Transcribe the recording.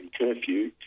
curfew